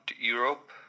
Europe